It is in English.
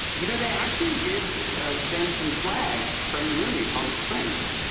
you know, they actually did send some swag from your movie palm springs.